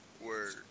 Word